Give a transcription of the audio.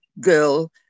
girl